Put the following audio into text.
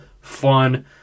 fun